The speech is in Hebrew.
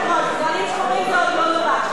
אדוני היושב-ראש, דגלים שחורים זה עוד לא נורא.